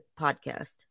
podcast